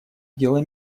дела